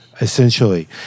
essentially